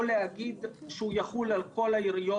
או להגיד שהוא יחול על כל העיריות,